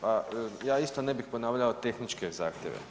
Pa ja isto ne bih ponavljao tehničke zahtjeve.